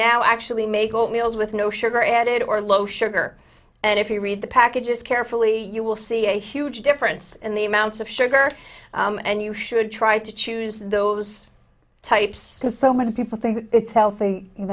now actually make meals with no sugar added or low sugar and if you read the packages carefully you will see a huge difference in the amounts of sugar and you should try to choose those types because so many people think it's healthy